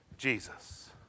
Jesus